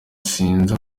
sinzi